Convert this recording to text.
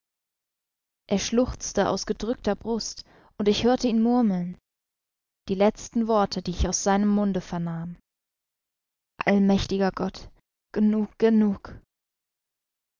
er schluchzte aus gedrückter brust und ich hörte ihn murmeln die letzten worte die ich aus seinem munde vernahm allmächtiger gott genug genug